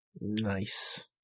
nice